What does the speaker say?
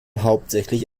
hauptsächlich